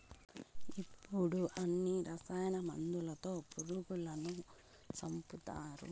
ఇప్పుడు అన్ని రసాయన మందులతో పురుగులను సంపుతారు